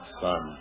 son